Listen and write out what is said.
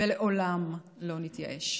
ולעולם לא נתייאש.